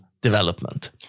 development